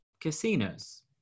casinos